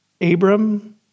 Abram